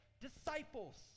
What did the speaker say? disciples